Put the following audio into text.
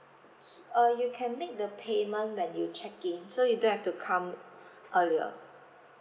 uh you can make the payment when you check in so you don't have to come earlier